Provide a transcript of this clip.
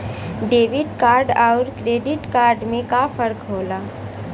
Debit card अउर credit card में का फर्क होला?